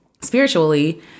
spiritually